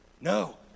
No